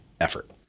effort